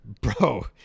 Bro